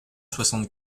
soixante